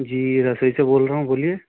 जी रसोई से बोल रहा हूँ बोलिए